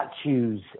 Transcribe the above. statues